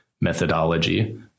methodology